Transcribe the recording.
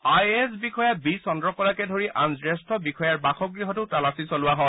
I A S বিষয়া B চন্দ্ৰকলাকে ধৰি আন জ্যেষ্ঠ বিষয়াৰ বাসগহটো তালাচী চলোৱা হয়